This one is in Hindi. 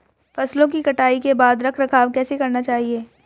फसलों की कटाई के बाद रख रखाव कैसे करना चाहिये?